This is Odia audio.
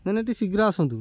ନା ନା ଟିକେ ଶୀଘ୍ର ଆସନ୍ତୁ